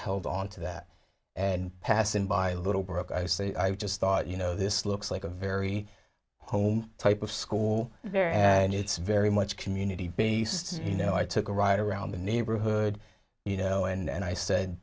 held on to that and passing by little brook i was saying i just thought you know this looks like a very home type of school and it's very much community based you know i took a ride around the neighborhood you know and i said